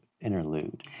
interlude